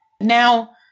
Now